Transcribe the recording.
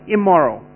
Immoral